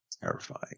Terrifying